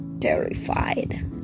terrified